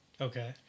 Okay